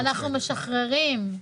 אנחנו משחררים,